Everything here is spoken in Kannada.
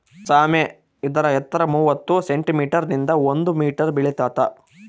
ಸಾಮೆ ಇದರ ಎತ್ತರ ಮೂವತ್ತು ಸೆಂಟಿಮೀಟರ್ ನಿಂದ ಒಂದು ಮೀಟರ್ ಬೆಳಿತಾತ